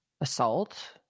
assault